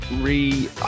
re